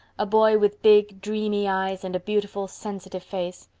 a boy with big, dreamy eyes and a beautiful, sensitive face.